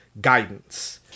guidance